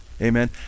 Amen